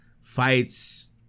fights